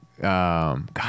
God